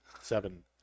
Seven